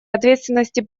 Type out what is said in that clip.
ответственности